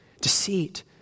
deceit